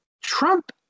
trump